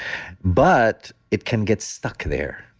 but it can get stuck there.